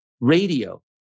Radio